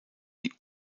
die